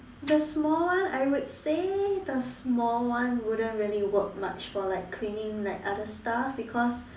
the small one I would say the small one wouldn't really work much for like cleaning like other stuff because